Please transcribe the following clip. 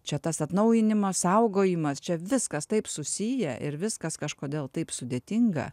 čia tas atnaujinimas saugojimas čia viskas taip susiję ir viskas kažkodėl taip sudėtinga